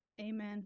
Amen